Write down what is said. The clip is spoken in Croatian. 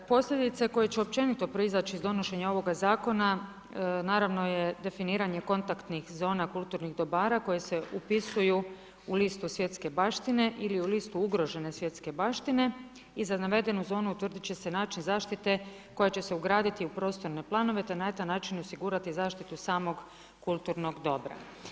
Posljedice koje će općenito proizaći iz donošenja ovoga zakona naravno je definiranje kontaktnih zona kulturnih dobara koje se upisuju u listu svjetske baštine ili u listu ugrožene svjetske baštine i za navedenu zonu utvrditi će se način zaštite koja će se ugraditi u prostorne planove te na taj način osigurati zaštitu samog kulturnog dobra.